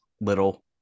little